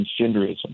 transgenderism